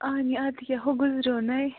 اَہنی اَدٕ کیٛاہ ہُہ گُزریو نَے